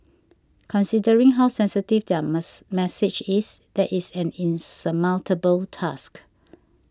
considering how sensitive their mass message is that is an insurmountable task